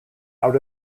out